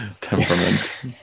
temperament